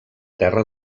terra